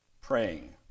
Praying